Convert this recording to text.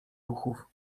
ruchów